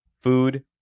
food